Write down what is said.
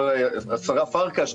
השרה פרקש,